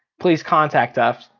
please contact us.